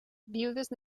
viudes